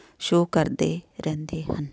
show ਕਰਦੇ ਰਹਿੰਦੇ ਹਨ